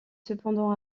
cependant